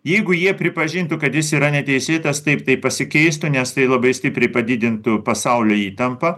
jeigu jie pripažintų kad jis yra neteisėtas taip tai pasikeistų nes tai labai stipriai padidintų pasaulio įtampą